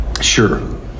sure